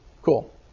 Cool